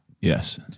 Yes